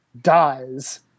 dies